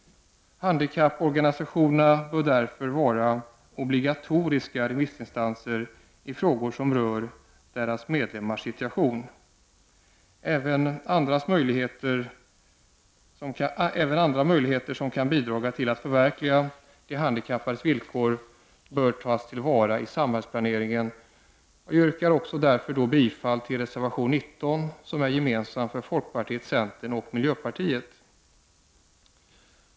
Handikapporganisationerna bör därför vara obligatoriska remissinstanser i frågor som rör deras medlemmars situation. Även andra möjligheter som kan bidra till att förbättra de handikappades villkor bör tas till vara i samhällsplanering. Jag yrkar bifall till reservation nr 19 som är gemensam för folkpartiet, centern och miljöpartiet.